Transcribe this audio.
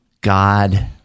God